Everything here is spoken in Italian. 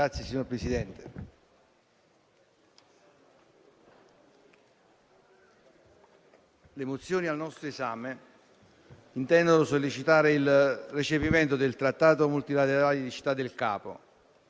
le mozioni al nostro esame intendono sollecitare il recepimento del trattato multilaterale di Città del Capo